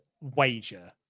wager